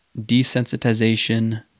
Desensitization